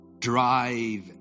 Drive